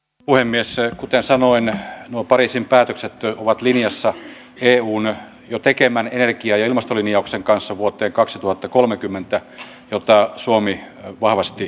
puhemies ja kuten sanoimme nuo pariisin päätökset työ ovat linjassa euhun jo tekemään herkkiä ja ilmastolinjauksenkassa vuoteen kaksituhattakolmekymmentä jotta suomi on vahvasti